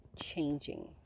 changing